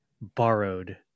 borrowed